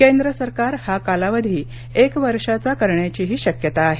केंद्र सरकार हा कालावधी एक वर्षाचा करण्याचीही शक्यता आहे